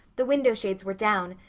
the window shades were down,